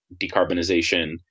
decarbonization